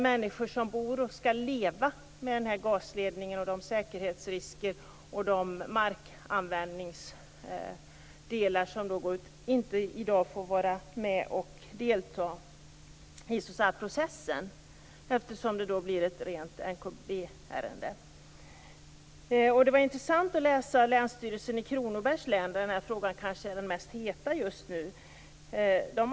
Människor som skall bo och leva med den här gasledningen och de säkerhetsrisker den medför får inte delta i processen, eftersom det blir ett rent MKB-ärende. Det var intressant att läsa vad Länsstyrelsen i Kronobergs län, där den här frågan kanske är som hetast just nu, skrev.